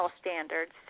standards